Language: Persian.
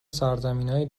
سرزمینای